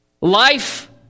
Life